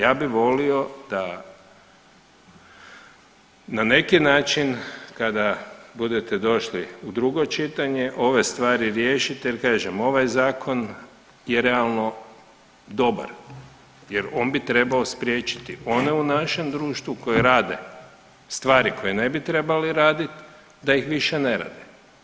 Ja bi volio da na neki način kada budete došli u drugo čitanje ove stvari riješite jer kažem ovaj zakon je realno dobar jer on bi trebao spriječiti one u našem društvu koji rade stvari koje ne bi trebali raditi da ih više ne rade.